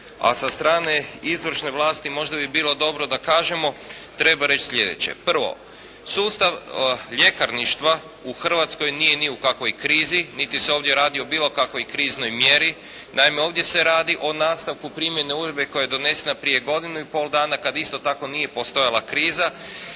a sa strane izvršne vlasti možda bi bilo dobro da kažemo treba reći sljedeće. Prvo. Sustav ljekarništva u Hrvatskoj nije ni u kakvoj krizi, niti se ovdje radi o bilo kakvoj kriznoj mjeri. Naime, ovdje se radi o nastavku primjene uredbe koja je donesena prije godinu i pol dana kada isto tako nije postojala kriza.